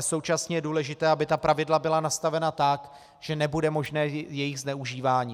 Současně ale je důležité, aby ta pravidla byla nastavena tak, že nebude možné jejich zneužívání.